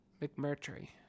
McMurtry